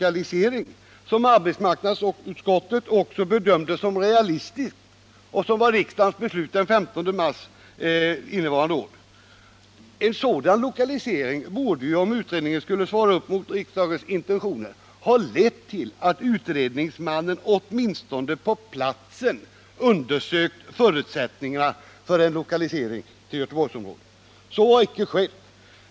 Att arbetsmarknadsutskottet bedömde en Göteborgslokalisering som realistisk och att riksdagen fattade beslut härom den 15 mars innevarande år borde, om utredningen skulle svara upp mot riksdagens intentioner, ha lett till att utredningsmannen åtminstone på platsen hade undersökt förutsättningarna för en lokalisering till Göteborgsområdet. Så har inte skett.